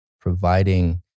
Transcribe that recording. providing